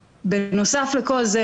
בנוסף לכל זה,